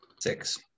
Six